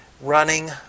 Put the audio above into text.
Running